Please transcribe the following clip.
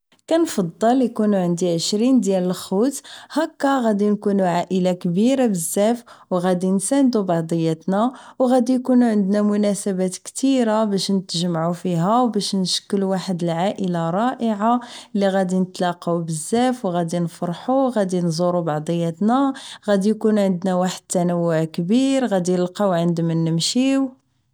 كنفضل يكونو عندي عشرين ديال الخوت هكا غادي نكونو عائلة كبيرة بزاف و غادي نساندو بعضياتنا و غادي يكونو عندنا مناسبات كتيرة باش نتجمعو فيها باش نشكلو واحد العائلة رائعة اللي غادي نتلاقاو بزاف غادي نفرحو غادي نزورو بعضياتنا غادي يكون عندنا تنوع كبير غادي نلقاو عندمن نمشيو